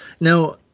Now